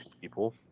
people